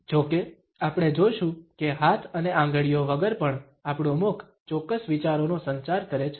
જોકે આપણે જોશું કે હાથ અને આંગળીઓ વગર પણ આપણું મુખ ચોક્કસ વિચારોનો સંચાર કરે છે